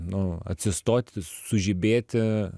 nu atsistoti sužibėti